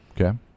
Okay